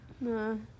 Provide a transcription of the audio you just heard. No